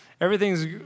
everything's